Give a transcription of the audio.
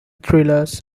thrillers